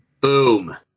Boom